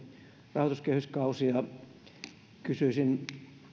rahoituskehyskausi kysyisin